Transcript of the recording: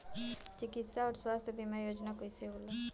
चिकित्सा आऊर स्वास्थ्य बीमा योजना कैसे होला?